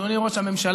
אדוני ראש הממשלה,